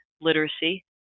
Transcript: literacy